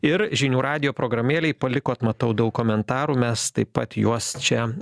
ir žinių radijo programėlėj palikot matau daug komentarų mes taip pat juos čia